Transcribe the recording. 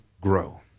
grow